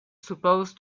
supposed